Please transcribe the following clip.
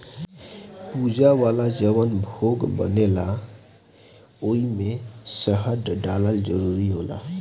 पूजा वाला जवन भोग बनेला ओइमे शहद डालल जरूरी होला